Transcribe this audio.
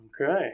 Okay